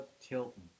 Tilton